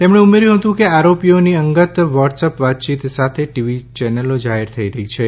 તેમણે ઉમેર્યું હતું કે આરોપીઓની અંગત વોટ્સએપ વાતચીત સાથે ટીવી ચેનલો જાહેર થઈ રહી છે